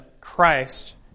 Christ